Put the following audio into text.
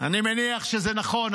אני מניח שזה נכון,